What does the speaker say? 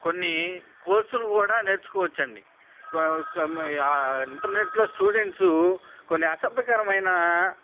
కొన్ని కోర్సులు కూడా నేర్చుకోవచ్చండి ఇంటర్నెట్లో స్టూడెంట్సు కొన్ని అసభ్యకరమైన